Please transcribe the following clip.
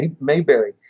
Mayberry